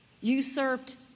usurped